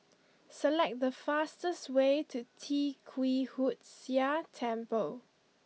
select the fastest way to Tee Kwee Hood Sia Temple